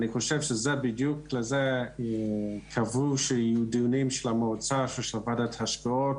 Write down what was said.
אני חושב שבדיוק לזה קבעו שיהיו דיונים של המועצה ושל ועדת ההשקעות,